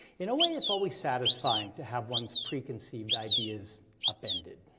in a way it's always satisfying to have one's preconceived ideas upended.